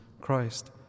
Christ